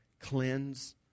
cleanse